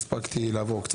והספקתי קצת לעבור על זה.